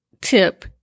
tip